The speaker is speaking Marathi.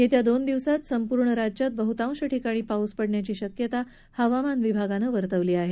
येत्या दोन दिवसात संपूर्ण राज्यात बह्तांश ठिकाणी पाऊस पडण्याची शक्यता हवामान विभागानं वर्तवली आहे